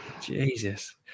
Jesus